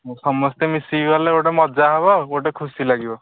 ସମସ୍ତେ ମିଶିକି ଗଲେ ଗୋଟେ ମଜା ହେବ ଆଉ ଗୋଟେ ଖୁସି ଲାଗିବ